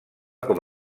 com